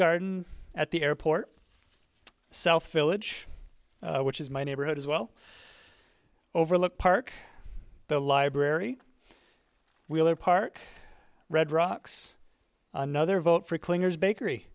garden at the airport south phillips which is my neighborhood as well overlooked park the library wheeler part red rocks another vote for clingers bakery